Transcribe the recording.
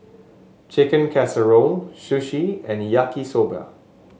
Chicken Casserole Sushi and Yaki Soba